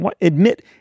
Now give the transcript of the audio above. admit